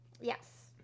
Yes